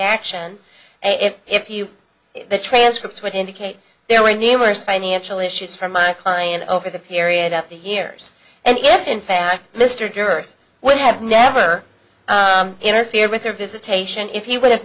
action and if if you the transcript would indicate there were numerous financial issues from my client over the period of the years and if in fact mr durst would have never interfered with her visitation if he would have